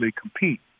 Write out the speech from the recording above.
compete